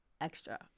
extra